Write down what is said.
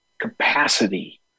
capacity